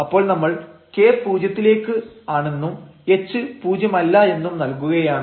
അപ്പോൾ നമ്മൾ k പൂജ്യത്തിലേക്ക് ആണെന്നും h പൂജ്യമല്ല എന്നും നൽകുകയാണ്